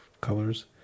colors